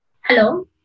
Hello